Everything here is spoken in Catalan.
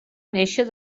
néixer